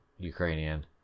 Ukrainian